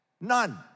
None